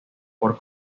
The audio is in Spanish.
por